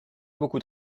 beaucoup